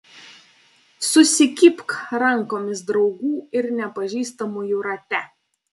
susikibk rankomis draugų ir nepažįstamųjų rate